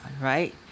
right